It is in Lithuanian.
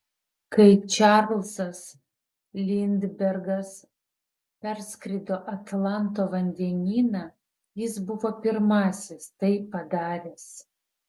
kai čarlzas lindbergas perskrido atlanto vandenyną jis buvo pirmasis tai padaręs